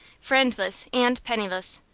friendless and penniless,